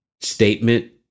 statement